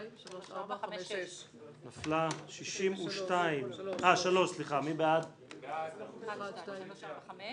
6 נמנעים, אין הרביזיה על סעיף 70 לא נתקבלה.